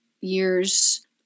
years